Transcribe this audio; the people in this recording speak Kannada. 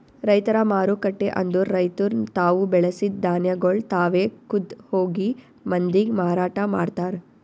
ರೈತರ ಮಾರುಕಟ್ಟೆ ಅಂದುರ್ ರೈತುರ್ ತಾವು ಬೆಳಸಿದ್ ಧಾನ್ಯಗೊಳ್ ತಾವೆ ಖುದ್ದ್ ಹೋಗಿ ಮಂದಿಗ್ ಮಾರಾಟ ಮಾಡ್ತಾರ್